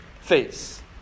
face